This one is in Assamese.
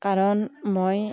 কাৰণ মই